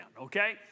Okay